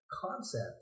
concept